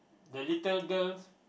the little girl